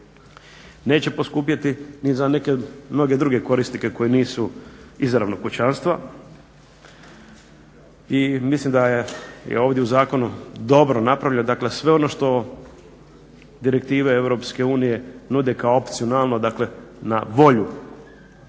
Neće poskupjeti ni za neke mnoge druge korisnike koji nisu izravno kućanstva. I mislim da je ovdje u zakonu dobro napravljeno, dakle sve ono što direktive EU nude kao opcionalno, dakle